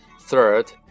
Third